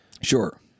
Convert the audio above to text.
Sure